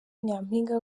nyampinga